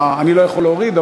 אני לא יכול להוריד,